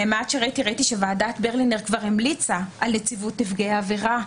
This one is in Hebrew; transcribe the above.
מהמעט שראיתי ראיתי שוועדת ברלינר כבר המליצה על נציבות נפגעי עבירה,